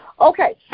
Okay